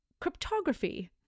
cryptography